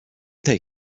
take